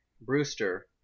Brewster